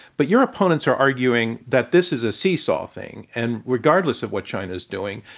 but your opponents are arguing that this is a seesaw thing. and regardless of what china's doing,